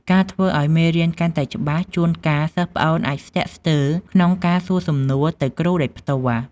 ការធ្វើឲ្យមេរៀនកាន់តែច្បាស់ ជួនកាល សិស្សប្អូនអាចស្ទាក់ស្ទើរក្នុងការសួរសំណួរទៅគ្រូដោយផ្ទាល់។